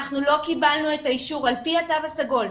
אנחנו לא קיבלנו את האישור על פי התו הסגול,